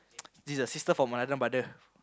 this the sister from another brother